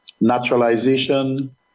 naturalization